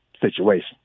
situation